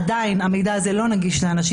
עדיין המידע הזה לא נגיש לאנשים.